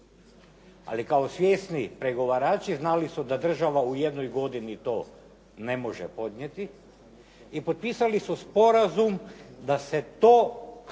Ali kao svjesni pregovarači znali su da država u jednoj godini to ne može podnijeti i potpisali su sporazum da se to